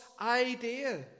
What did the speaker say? idea